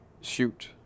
shoot